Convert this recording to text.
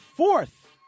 Fourth